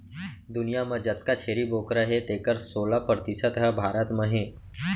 दुनियां म जतका छेरी बोकरा हें तेकर सोला परतिसत ह भारत म हे